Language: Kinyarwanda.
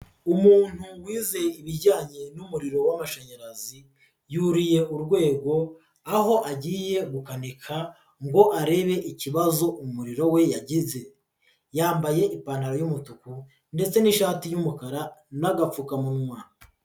Umuntu wize ibijyanye n'umuriro w'amashanyarazi, yuriye urwego, aho agiye gukanika ngo arebe ikibazo umuriro we yageze. Yambaye ipantaro y'umutuku ndetse n'ishati y'umukara n'agapfukamunwa.